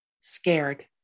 scared